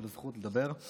על הזכות לדבר.